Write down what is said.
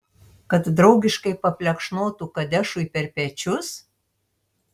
kad draugiškai paplekšnotų kadešui per pečius